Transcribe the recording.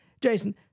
Jason